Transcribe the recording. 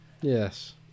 Yes